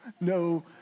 no